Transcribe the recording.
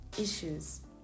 issues